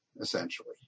essentially